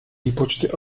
výpočty